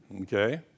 Okay